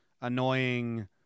annoying